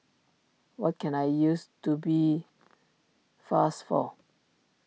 what can I use Tubifast for